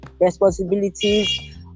responsibilities